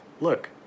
look